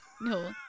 No